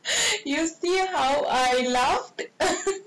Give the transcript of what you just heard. you feel how I laugh